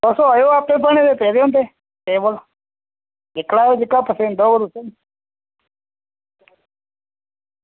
तुस आएओ आपें बने दे पेदे होंदे टेबल दिक्खी लैओ जेह्का पसंद औग तुसेंगी